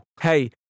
Hey